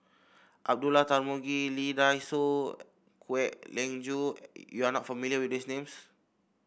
Abdullah Tarmugi Lee Dai Soh Kwek Leng Joo you are not familiar with these names